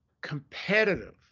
competitive